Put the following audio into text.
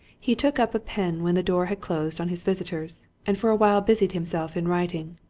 he took up a pen when the door had closed on his visitors, and for a while busied himself in writing.